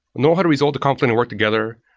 know how to resolve the conflict and work together.